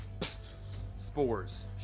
spores